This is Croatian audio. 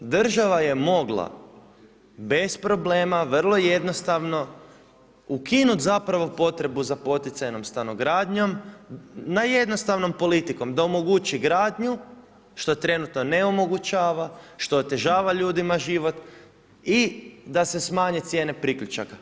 Država je mogla bez problema, vrlo jednostavno ukinuti potrebu za poticajnom stanogradnjom na jednostavnom politikom da omogući gradnju, što trenutno ne omogućava, što otežava ljudima život i da se smanje cijene priključaka.